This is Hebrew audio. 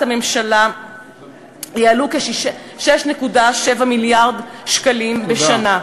הממשלה יעלו כ-6.7 מיליארד שקלים בשנה,